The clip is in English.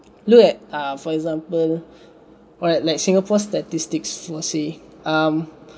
look at err for example what like singapore's statistics we'll see um